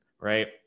right